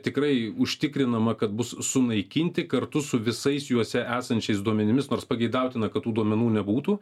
tikrai užtikrinama kad bus sunaikinti kartu su visais juose esančiais duomenimis nors pageidautina kad tų duomenų nebūtų